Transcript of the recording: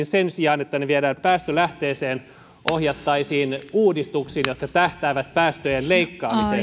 sen sijaan että tulot viedään päästölähteeseen ne ohjattaisiin uudistuksiin jotka tähtäävät päästöjen leikkaamiseen